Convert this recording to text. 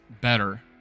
better